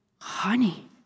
Honey